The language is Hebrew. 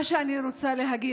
מה שאני רוצה להגיד,